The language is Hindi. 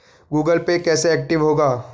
गूगल पे कैसे एक्टिव होगा?